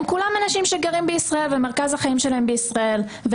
הם כולם אנשים שגרים בישראל ומרכז החיים שלהם הוא בישראל.